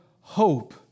hope